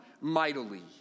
mightily